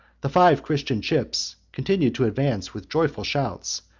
the five christian ships continued to advance with joyful shouts,